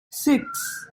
six